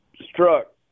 struck